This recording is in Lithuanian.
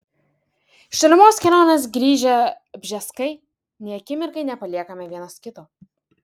iš tolimos kelionės grįžę bžeskai nei akimirkai nepaliekame vienas kito